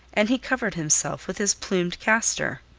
and he covered himself with his plumed castor.